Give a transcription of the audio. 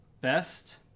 Best